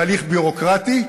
תהליך ביורוקרטי,